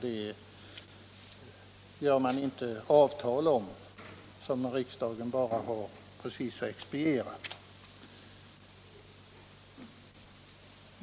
Dem gör man inte avtal om, som riksdagen bara har att expediera.